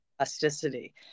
plasticity